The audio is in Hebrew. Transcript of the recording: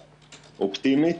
אופטימית,